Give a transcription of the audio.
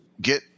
get